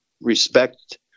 respect